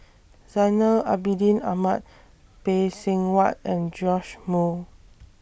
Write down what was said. Zainal Abidin Ahmad Phay Seng Whatt and Joash Moo